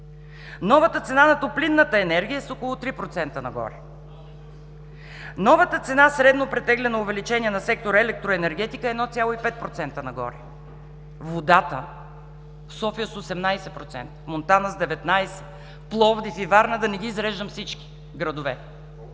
Новата цена на топлинната енергия е с около 3% нагоре. Новата цена, средно увеличение на сектор „Електроенергетика“ е 1,5% нагоре, водата в София с 18%, в Монтана – с 19%, Пловдив и Варна, да не изреждам всички градове.